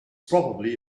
probably